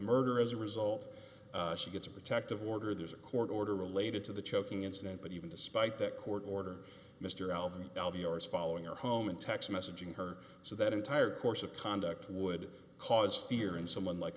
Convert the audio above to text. murder as a result she gets a protective order there's a court order related to the choking incident but even despite that court order mr album is following her home and text messaging her so that entire course of conduct would cause fear in someone like